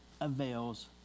avails